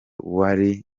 wari